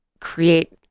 create